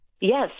Yes